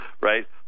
right